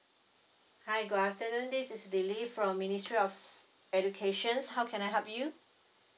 hi good afternoon this is lily from ministry of s~ educations how can I help you